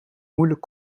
moeilijk